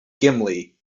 gimli